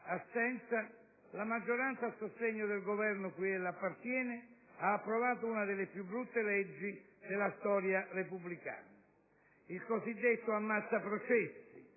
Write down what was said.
assenza, la maggioranza a sostegno del Governo cui lei appartiene ha approvato una delle più brutte leggi della storia repubblicana: il cosiddetto ammazza-processi,